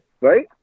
Right